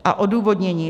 A odůvodnění.